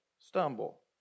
stumble